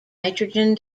nitrogen